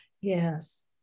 Yes